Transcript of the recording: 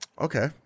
Okay